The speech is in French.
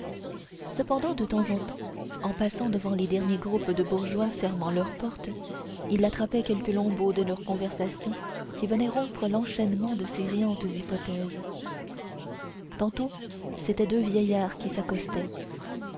cependant de temps en temps en passant devant les derniers groupes de bourgeois fermant leurs portes il attrapait quelque lambeau de leurs conversations qui venait rompre l'enchaînement de ses riantes hypothèses tantôt c'étaient deux vieillards qui s'accostaient